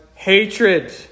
Hatred